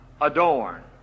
adorn